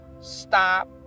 stop